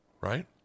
right